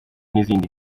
n’izindi